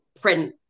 print